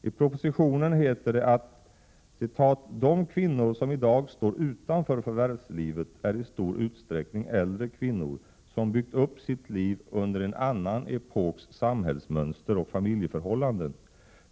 I propositionen heter det: ”De kvinnor som i dag står utanför förvärvslivet är i stor utsträckning äldre kvinnor som byggt upp sitt liv under en annan epoks samhällsmönster och familjeförhållanden.